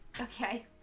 Okay